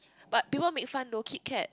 but people make fun though Kit Kat